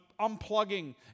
unplugging